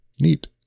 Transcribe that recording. Neat